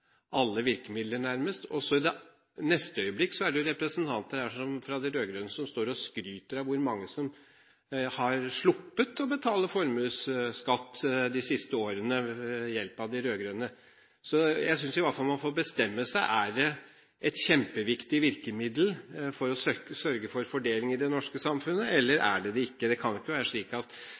alle virkemidler, nærmest, og så i det neste øyeblikk er det representanter fra de rød-grønne som står og skryter av hvor mange som har sluppet å betale formuesskatt de siste årene ved hjelp av de rød-grønne. Jeg synes i hvert fall man får bestemme seg: Er det et kjempeviktig virkemiddel for å sørge for fordeling i det norske samfunnet, eller er det det ikke? Det kan ikke være slik at